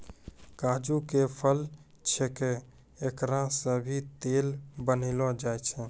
काजू के फल छैके एकरा सॅ भी तेल बनैलो जाय छै